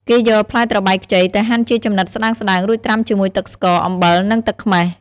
គេយកផ្លែត្របែកខ្ចីទៅហាន់ជាចំណិតស្តើងៗ រួចត្រាំជាមួយទឹកស្ករ អំបិល និងទឹកខ្មេះ។